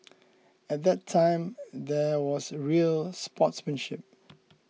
at that time there was real sportsmanship